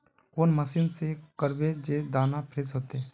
कौन मशीन से करबे जे दाना फ्रेस होते?